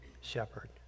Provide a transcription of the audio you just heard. shepherd